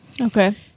Okay